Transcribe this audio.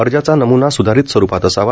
अर्जाचा नमुना सुधारित स्वरुपात असावा